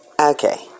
Okay